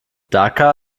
dhaka